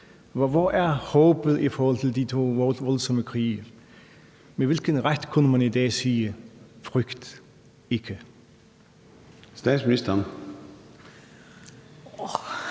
Hvor er håbet i forhold til de to voldsomme krige? Med hvilken ret kunne man i dag sige: Frygt ikke?